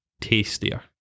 tastier